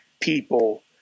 people